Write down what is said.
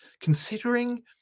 Considering